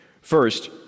First